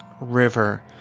river